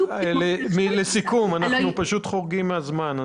תהילה, צריך לסכם כי אנחנו חורגים מהזמן.